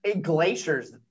glaciers